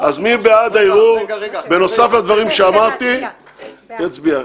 אז מי בעד הערעור, בנוסף לדברים שאמרתי, שיצביע.